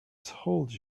told